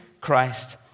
Christ